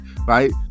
right